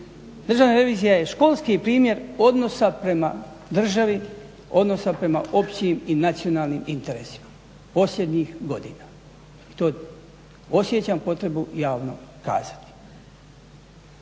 Državna revizija je školski primjer odnosa prema državi, odnosa prema općim i nacionalnim, interesima posljednjih godina i to osjećam potrebu javno kazati.